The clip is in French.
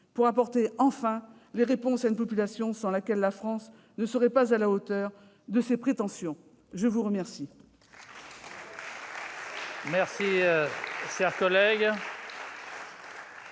pour apporter enfin des réponses à une population sans laquelle la France ne serait pas à la hauteur de ses prétentions ! La parole